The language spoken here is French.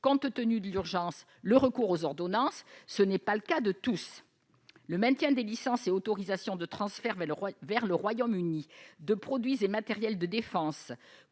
compte tenu de l'urgence, le recours aux ordonnances, ce n'est pas le cas de tous. Le maintien des licences et des autorisations de transfert vers le Royaume-Uni de produits et matériels de défense